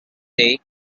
day